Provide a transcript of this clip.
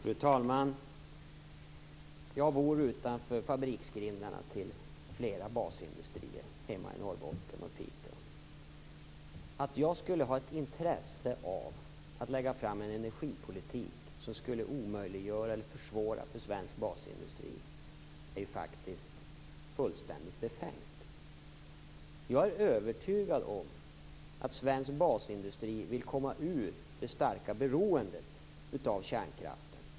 Fru talman! Jag bor utanför fabriksgrindarna till flera basindustrier hemma i Piteå i Norrbotten. Att jag skulle ha ett intresse av att lägga fram en energipolitik som skulle omöjliggöra eller försvåra för svensk basindustri är faktiskt fullständigt befängt. Jag är övertygad om att svensk basindustri vill komma ur det starka beroendet av kärnkraften.